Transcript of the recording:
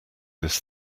this